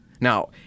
Now